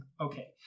Okay